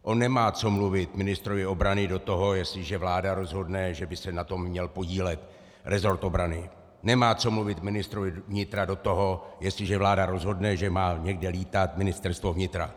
On nemá co mluvit ministrovi obrany do toho, jestliže vláda rozhodne, že by se na tom měl podílet resort obrany, nemá co mluvit ministrovi vnitra do toho, jestliže vláda rozhodne, že má někde létat Ministerstvo vnitra.